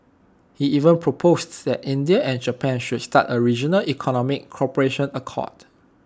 he even proposed that India and Japan should start A regional economic cooperation accord